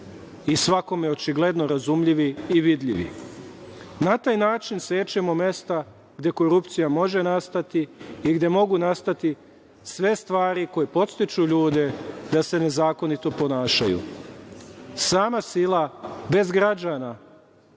i svakome očigledno razumljivi i vidljivi. Na taj način sečemo mesta gde korupcija može nastati i gde mogu nastati sve stvari koje podstiču ljude da se nezakonito ponašaju. Sama sila bez građana